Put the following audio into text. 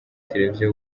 televiziyo